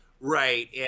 Right